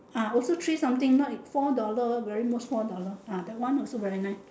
ah also three something not four dollar very most four dollar ah that one also very nice